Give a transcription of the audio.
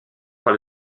par